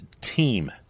team